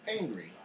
angry